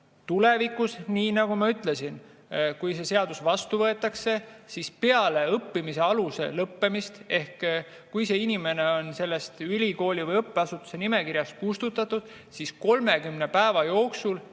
Tulevikus, nii nagu ma ütlesin, kui see eelnõu seadusena vastu võetakse, siis peale õppimise aluse lõppemist ehk siis, kui inimene on ülikooli või õppeasutuse nimekirjast kustutatud, 30 päeva jooksul